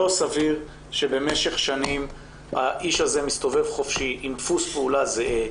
לא סביר שבמשך שנים האיש הזה מסתובב חופשי עם דפוס פעולה זהה,